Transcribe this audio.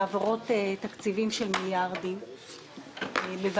בהעברות תקציבים של מיליארדי שקלים.